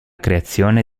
creazione